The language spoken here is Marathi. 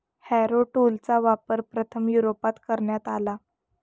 हॅरो टूलचा वापर प्रथम युरोपात करण्यात आला